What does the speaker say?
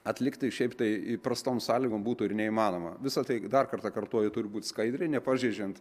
atlikti šiaip tai įprastom sąlygom būtų ir neįmanoma visa tai dar kartą kartoju turi būti skaidriai nepažeidžiant